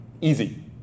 Easy